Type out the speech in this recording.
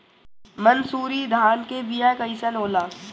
मनसुरी धान के बिया कईसन होला?